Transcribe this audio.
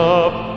up